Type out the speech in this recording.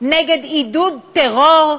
נגד עידוד טרור,